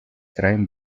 traen